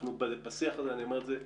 אנחנו בשיח הזה כל הזמן,